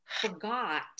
forgot